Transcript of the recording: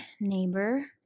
neighbor